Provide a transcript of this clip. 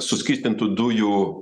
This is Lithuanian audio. suskystintų dujų